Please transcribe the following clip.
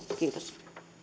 kiitos